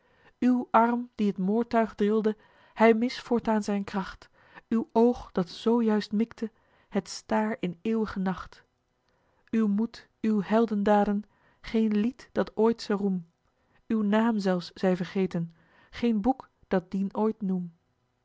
uw arm die t moordtuig drilde hij miss voortaan zijn kracht uw oog dat zoo juist mikte het staar in eeuw'ge nacht uw moed uw heldendaden geen lied dat ooit ze roem eli heimans willem roda uw naam zelfs zij vergeten geen boek dat dien ooit noem